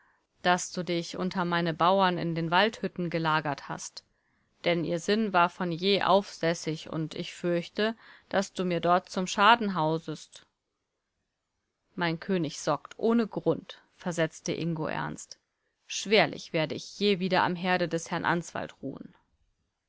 daß du dich unter meine bauern in den waldhütten gelagert hast denn ihr sinn war von je aufsässig und ich fürchte daß du mir dort zum schaden hausest mein könig sorgt ohne grund versetze ingo ernst schwerlich werde ich je wieder am herde des herrn answald ruhen